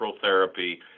therapy